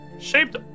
shaped